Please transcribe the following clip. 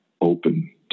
open